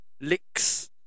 licks